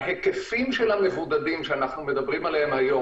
בהיקפי המבודדים שאנחנו מדברים עליהם היום